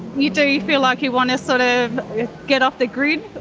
you do, you feel like you want to sort of get off the grid.